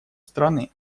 страны